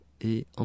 et